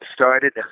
started